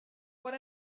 what